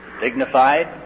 dignified